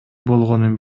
болгонун